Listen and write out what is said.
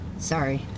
Sorry